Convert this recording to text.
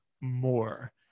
more